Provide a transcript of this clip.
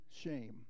shame